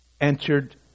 entered